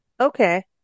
Okay